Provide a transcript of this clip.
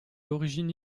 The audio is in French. l’origine